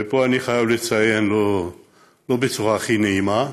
ופה אני חייב לציין שלא בצורה הכי נעימה,